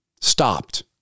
stopped